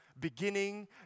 beginning